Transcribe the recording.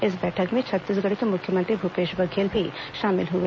इस बैठक में छत्तीसगढ़ के मुख्यमंत्री भूपेश बघेल भी शामिल हुए